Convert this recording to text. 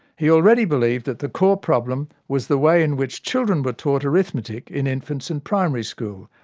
he already believed that the core problem was the way in which children were taught arithmetic in infants and primary school,